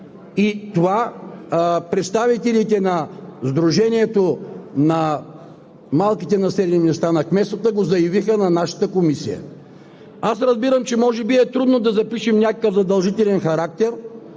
И представителите на Сдружението на малките населени места, на кметствата го заявиха в нашата комисия. Аз разбирам, че може би е трудно да запишем някакъв задължителен характер,